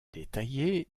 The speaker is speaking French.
détaillée